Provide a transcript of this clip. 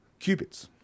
qubits